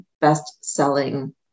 best-selling